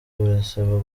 barasaba